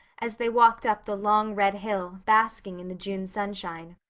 as they walked up the long red hill, basking in the june sunshine,